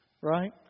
Right